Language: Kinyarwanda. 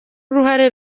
uruhare